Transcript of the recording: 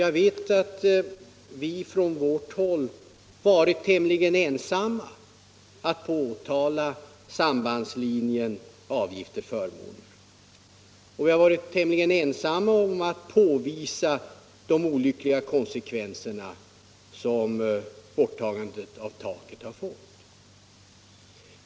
Jag vet att vi på vårt håll varit tämligen ensamma om att påvisa sambandslinjen avgifter-förmåner. Vi har också varit tämligen ensamma om att påvisa de olyckliga konsekvenser som slopandet av taket har fått.